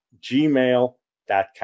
gmail.com